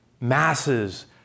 masses